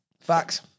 Facts